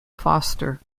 foster